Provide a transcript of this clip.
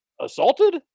assaulted